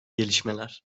gelişmeler